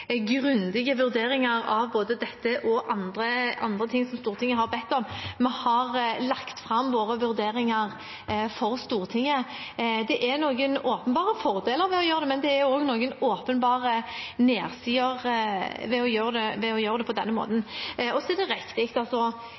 grundige vurderinger av både dette og av andre ting som Stortinget har bedt om, og vi har lagt fram våre vurderinger for Stortinget. Det er noen åpenbare fordeler ved å gjøre det, men det er også noen åpenbare nedsider ved å gjøre det på denne måten. Så er det riktig